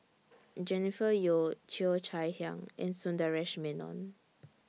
Jennifer Yeo Cheo Chai Hiang and Sundaresh Menon